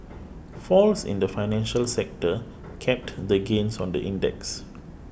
falls in the financial sector capped the gains on the index